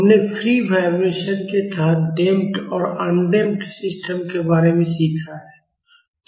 हमने free vibration के तहत डैम्प्ड और अनडैम्ड सिस्टम के बारे में सीखा है